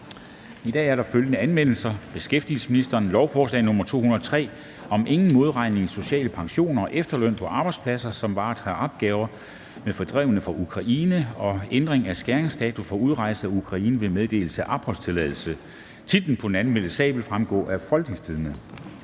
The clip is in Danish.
der er fordrevet fra Ukraine. (Ingen modregning i social pension og efterløn på arbejdspladser, som varetager opgaver med fordrevne fra Ukraine, og ændring af skæringsdato for udrejse af Ukraine ved meddelelse af opholdstilladelse)). Titlen på den anmeldte sag vil fremgå af www.folketingstidende.dk